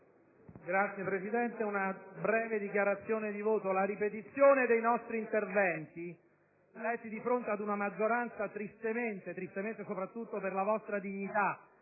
Signor Presidente, farò una breve dichiarazione di voto. La ripetizione dei nostri interventi, letti di fronte a una maggioranza tristemente - soprattutto per la vostra dignità